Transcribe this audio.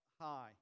high